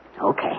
Okay